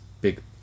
big